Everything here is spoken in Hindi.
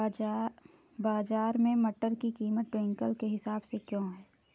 बाजार में मटर की कीमत क्विंटल के हिसाब से क्यो है?